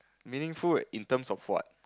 meaningful in terms of what